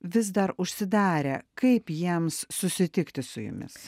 vis dar užsidarę kaip jiems susitikti su jumis